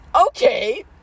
Okay